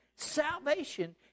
Salvation